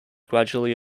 gradually